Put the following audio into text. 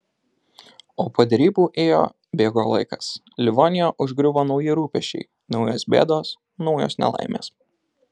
o po derybų ėjo bėgo laikas livoniją užgriuvo nauji rūpesčiai naujos bėdos naujos nelaimės